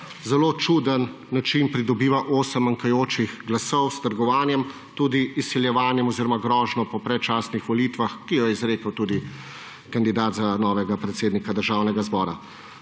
zelo čuden način pridobiva osem manjkajočih glasov s trgovanjem, tudi izsiljevanjem oziroma grožnjo po predčasnih volitvah, ki jo je izrekel tudi kandidat za novega predsednika Državnega zbora.